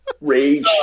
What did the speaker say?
Rage